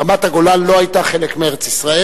רמת-הגולן לא היתה חלק מארץ-ישראל,